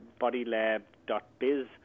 bodylab.biz